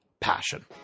passion